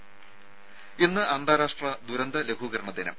രുര ഇന്ന് അന്താരാഷ്ട്ര ദുരന്ത ലഘൂകരണ ദിനം